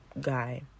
guy